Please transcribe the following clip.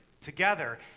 together